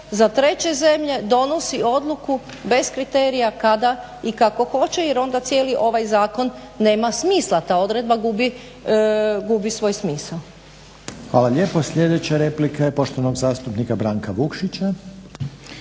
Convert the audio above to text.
za treće zemlje donosi odluku bez kriterija kada i kako hoće. Jer onda cijeli ovaj zakon nema smisla. Ta odredba gubi svoj smisao. **Reiner, Željko (HDZ)** Hvala lijepo. Sljedeća replika je poštovanog zastupnika Branka Vukšića.